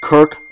Kirk